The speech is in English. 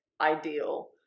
ideal